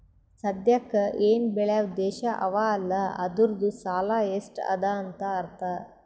ಸದ್ಯಾಕ್ ಎನ್ ಬೇಳ್ಯವ್ ದೇಶ್ ಅವಾ ಅಲ್ಲ ಅದೂರ್ದು ಸಾಲಾ ಎಷ್ಟ ಅದಾ ಅಂತ್ ಅರ್ಥಾ